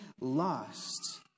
lost